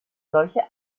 solche